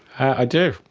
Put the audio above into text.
i do.